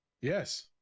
Yes